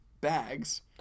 bags